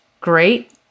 great